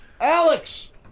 Alex